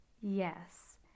yes